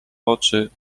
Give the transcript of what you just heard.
oczy